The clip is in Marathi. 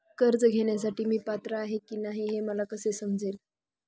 कर्ज घेण्यासाठी मी पात्र आहे की नाही हे मला कसे समजेल?